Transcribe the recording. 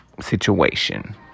situation